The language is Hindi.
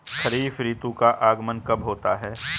खरीफ ऋतु का आगमन कब होता है?